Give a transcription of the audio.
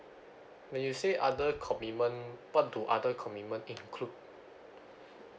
when you say other commitment what do other commitment include